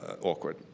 awkward